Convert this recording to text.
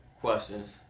questions